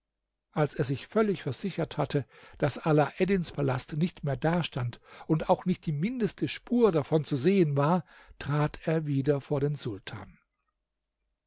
als er sich völlig versichert hatte daß alaeddins palast nicht mehr dastand und auch nicht die mindeste spur davon zu sehen war trat er wieder vor den sultan